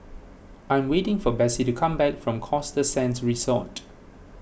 I am waiting for Besse to come back from Costa Sands Resort